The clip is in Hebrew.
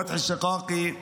פתחי אל-שקאקי,